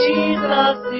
Jesus